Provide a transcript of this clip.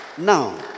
now